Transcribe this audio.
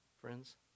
friends